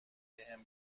بهم